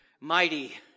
mighty